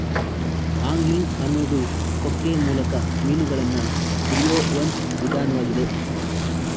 angling ಅನ್ನೋದು ಕೊಕ್ಕೆ ಮೂಲಕ ಮೀನುಗಳನ್ನ ಹಿಡಿಯೋ ಒಂದ್ ವಿಧಾನ್ವಾಗಿದೆ